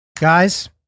Guys